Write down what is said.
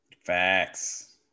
Facts